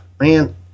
man